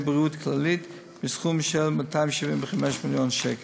בריאות כללית" בסכום של 275 מיליון שקל.